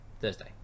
thursday